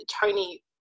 Tony